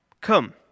Come